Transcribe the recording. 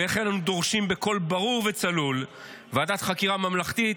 ולכן אנחנו דורשים בקול ברור וצלול ועדת חקירה ממלכתית,